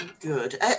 Good